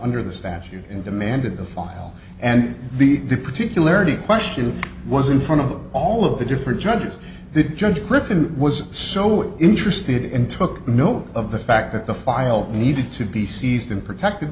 under the statute and demanded the file and the particularities question was in front of all of the different judges the judge griffin was so interested in took note of the fact that the file needed to be seized and protected